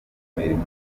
imirimo